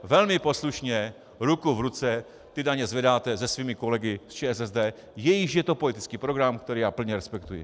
Velmi poslušně ruku v ruce ty daně zvedáte se svými kolegy z ČSSD, jejichž je to politický program, který já plně respektuji.